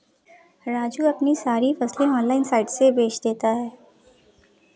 राजू अपनी सारी फसलें ऑनलाइन साइट से बेंच देता हैं